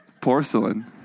porcelain